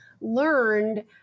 learned